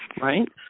right